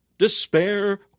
Despair